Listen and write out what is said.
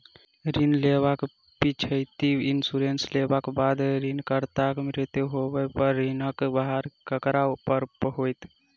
ऋण लेबाक पिछैती इन्सुरेंस लेबाक बाद ऋणकर्ताक मृत्यु होबय पर ऋणक भार ककरा पर होइत?